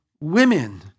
women